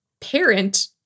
parent